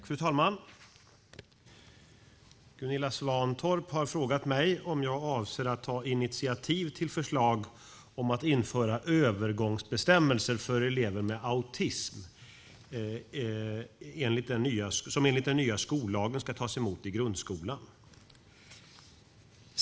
Fru talman! Gunilla Svantorp har frågat mig om jag avser att ta initiativ till förslag om att införa övergångsbestämmelser för elever med autism som enligt den nya skollagen ska tas emot i grundskolan.